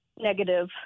negative